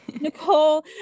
Nicole